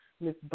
Miss